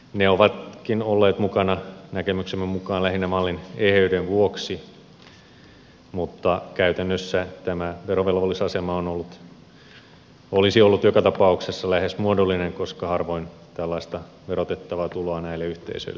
ne ovatkin olleet mukana näkemyksemme mukaan lähinnä mallin eheyden vuoksi mutta käytännössä tämä verovelvollisen asema olisi ollut joka tapauksessa lähes muodollinen koska harvoin tällaista verotettavaa tuloa näille yhteisöille syntyy